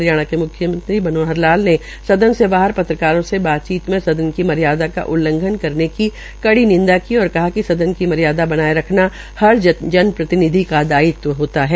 हरियाणा के म्ख्यमंत्री मनोहर लाल ने सदन के बाहर पत्रकारों से बातचीत मे सदन की मर्यादा की उल्लंघना करने की कड़ी निंदा की और कहा कि सदन की मर्यादा बनाये रखना हर जनप्रतिनिधि का दायित्व होता है